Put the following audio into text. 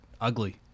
ugly